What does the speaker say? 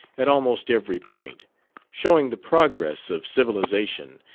at almost every point showing the progress of civilization,